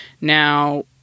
Now